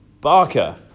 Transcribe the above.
Barker